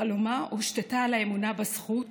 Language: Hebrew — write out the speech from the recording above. חלומה הושתת על האמונה בזכות